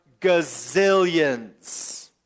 gazillions